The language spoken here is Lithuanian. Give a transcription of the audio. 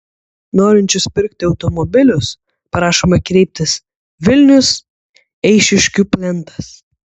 norinčius pirkti automobilius prašome kreiptis vilnius eišiškių plentas